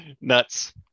nuts